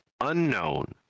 unknown